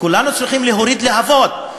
כולנו צריכים להוריד להבות.